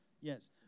Yes